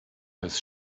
his